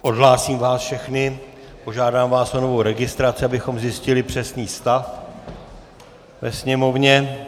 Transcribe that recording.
Odhlásím vás všechny, požádám vás o novou registraci, abychom zjistili přesný stav ve sněmovně.